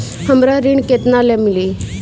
हमरा ऋण केतना ले मिली?